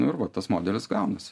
nu ir va tas modelis gaunasi